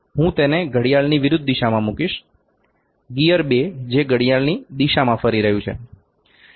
હું તેને ઘડિયાળની વિરુદ્ધ દિશામાં મૂકીશ ગિયર 2 જે ઘડિયાળની દિશામાં ફરી રહ્યું છે